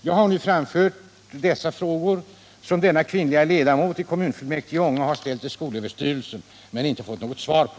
Jag har nu framfört samma frågor som denna kvinnliga ledamot i kommunfullmäktige i Ånge har ställt till skolöverstyrelsen men inte fått något svar på.